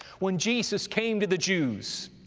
when jesus came to the jews,